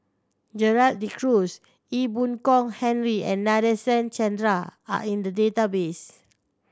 Gerald De Cruz Ee Boon Kong Henry and Nadasen Chandra are in the database